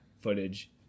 footage